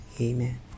Amen